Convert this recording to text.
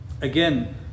again